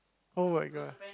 oh-my-god